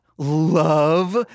love